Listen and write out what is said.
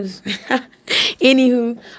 Anywho